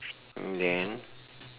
mm then